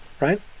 right